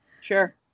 Sure